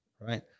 right